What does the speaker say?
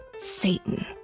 Satan